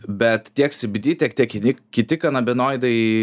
bet tiek sybydy tiek tie kiti kiti kanabinoidai